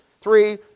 three